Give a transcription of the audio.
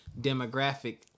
demographic